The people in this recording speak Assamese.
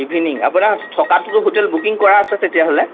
ইভিননিং আপোনাৰ থকাটোতোৰ হোটেল বুকিং কৰা আছে তেতিয়াহ'লে